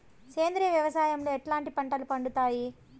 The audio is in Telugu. సేంద్రియ వ్యవసాయం లో ఎట్లాంటి పంటలు పండుతాయి